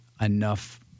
enough